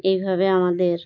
এই ভাবে আমাদের